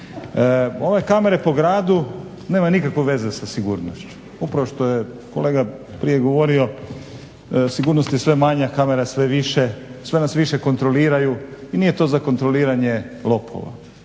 Ove kamere po gradu nemaju nikakve veze sa sigurnošću, upravo što je kolega prije govorio, sigurnosti je sve manje, a kamera sve više, sve nas više kontroliraju i nije to za kontroliranje lopova,